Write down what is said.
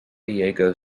diego